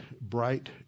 bright